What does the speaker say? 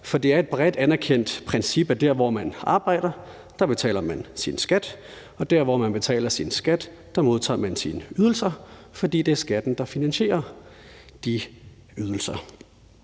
For det er et bredt anerkendt princip, at der, hvor man arbejder, betaler man sin skat, og der, hvor man betaler sin skat, modtager man sine ydelser, fordi det er skatten, der finansierer de ydelser.